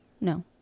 No